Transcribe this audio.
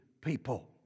people